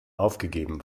aufgegeben